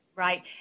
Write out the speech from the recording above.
Right